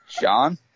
John